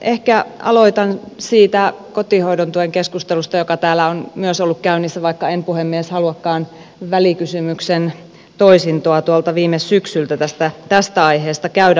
ehkä aloitan siitä kotihoidontukikeskustelusta joka täällä on myös ollut käynnissä vaikka en puhemies haluakaan välikysymyksen toisintoa tuolta viime syksyltä tästä aiheesta käydä